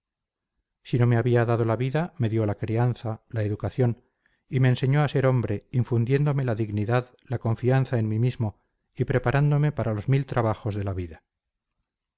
si no me había dado la vida me dio la crianza la educación y me enseñó a ser hombre infundiéndome la dignidad la confianza en mí mismo y preparándome para los mil trabajos de la vida